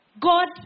God